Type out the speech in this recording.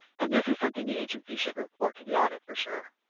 and this is something the agency should report to the auditor, for sure,